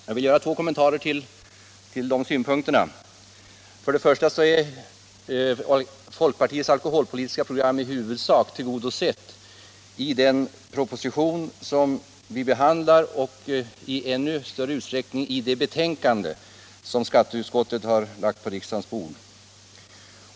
Jag vill göra två kommentarer till de synpunkterna. & För det första är folkpartiets alkoholpolitiska program i huvudsak tillgodosett i den proposition som vi behandlar — och i ännu större utsträckning i det betänkande som skatteutskottet har lagt på riksdagens bord.